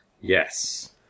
Yes